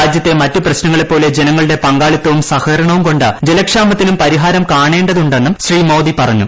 രാജ്യത്തെ പ്രശ്നങ്ങളെപ്പോലെ ജനങ്ങളുടെ പങ്കാളിത്തവും സഹകരണവും കൊണ്ട് ജലക്ഷാമത്തിനും പരിഹാരം കാണേണ്ടതുണ്ടെന്നും ശ്രീ മോദി പറഞ്ഞു